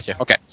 Okay